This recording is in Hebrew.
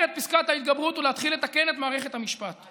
את פסקת ההתגברות ולהתחיל לתקן את מערכת המשפט.